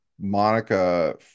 Monica